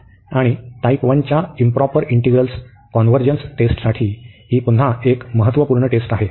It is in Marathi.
आणि टाइप 1 च्या इंप्रॉपर इंटिग्रल्स कॉन्व्हर्जन्सच्या टेस्टसाठी ही पुन्हा एक महत्त्वपूर्ण टेस्ट आहे